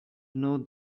know